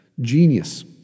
Genius